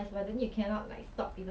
normal ya